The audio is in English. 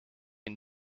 and